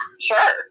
sure